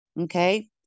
Okay